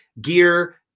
gear